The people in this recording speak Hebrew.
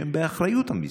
שהם באחריות המשרד: